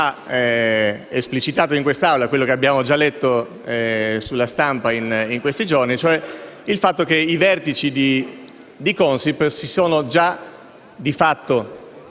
esplicitato in quest'Aula quello che abbiamo già letto sulla stampa in questi giorni, e cioè il fatto che i vertici di Consip sono di fatto